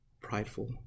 prideful